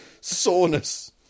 soreness